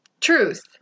Truth